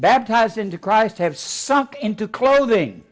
baptized into christ have sunk into clothing